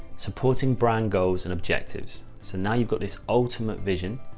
supporting brand goals and objectives. so now you've got this ultimate vision.